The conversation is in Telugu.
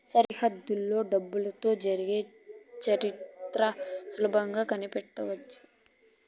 సరిహద్దులలో డబ్బులతో జరిగే చరిత్ర సులభంగా కనిపెట్టవచ్చు